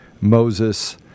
Moses